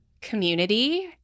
community